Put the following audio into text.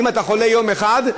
אם אתה חולה יום אחד,